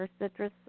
Citrus